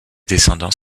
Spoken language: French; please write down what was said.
descendants